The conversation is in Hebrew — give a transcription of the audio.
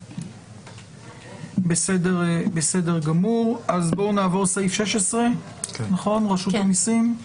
אז בואו נעבור לסעיף 16, רשות המיסים.